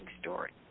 Story